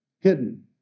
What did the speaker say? hidden